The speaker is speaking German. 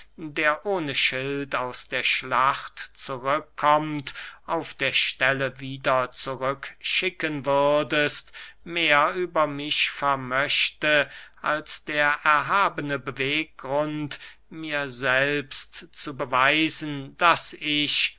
der ohne schild aus der schlacht zurück kommt auf der stelle wieder zurück schicken würdest mehr über mich vermöchte als der erhabene beweggrund mir selbst zu beweisen daß ich